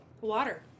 Water